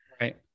Right